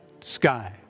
sky